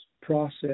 process